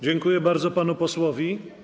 Dziękuję bardzo panu posłowi.